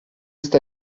ist